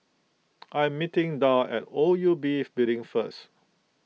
I am meeting Darl at O U B Building first